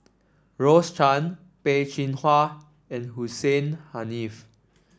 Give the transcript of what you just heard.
Rose Chan Peh Chin Hua and Hussein Haniff